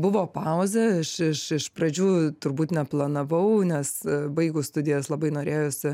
buvo pauzė iš iš iš pradžių turbūt neplanavau nes baigus studijas labai norėjosi